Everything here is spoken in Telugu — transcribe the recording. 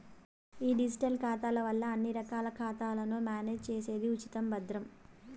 ఈ డిజిటల్ ఖాతాల వల్ల అన్ని రకాల ఖాతాలను మేనేజ్ చేసేది ఉచితం, భద్రం